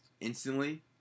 instantly